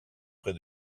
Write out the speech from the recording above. près